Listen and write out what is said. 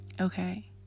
Okay